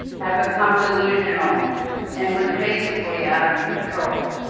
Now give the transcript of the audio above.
had become delusional and was basically out of control.